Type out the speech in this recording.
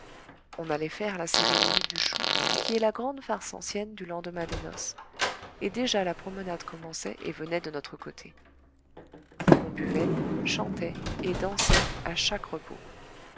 on allait faire la cérémonie du chou qui est la grande farce ancienne du lendemain des noces et déjà la promenade commençait et venait de notre côté on buvait chantait et dansait à chaque repos